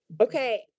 Okay